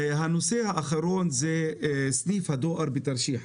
הנושא האחרון זה סניף הדואר בתרשיחא.